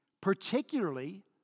particularly